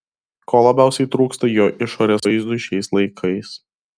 ko labiausiai trūksta jo išorės vaizdui šiais laikais